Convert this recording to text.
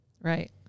Right